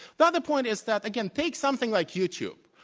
another point is that, again, take something like youtube.